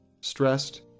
stressed